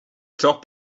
top